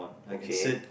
okay